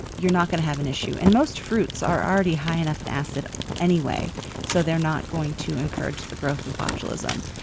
you're not going to have an issue. and most fruits are already high enough in acid anyways so they're not going to encourage the growth of botulism.